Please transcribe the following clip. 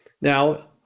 Now